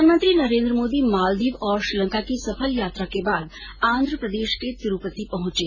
प्रधानमंत्री नरेंद्र मोदी मालदीव और श्रीलंका की सफल यात्रा के बाद आंध्रप्रदेश के तिरूपति पहुंचे